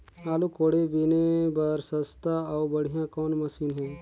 आलू कोड़े बीने बर सस्ता अउ बढ़िया कौन मशीन हे?